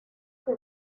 que